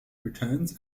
returns